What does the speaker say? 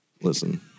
Listen